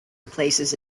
replaces